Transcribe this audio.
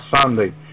Sunday